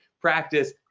practice